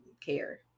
care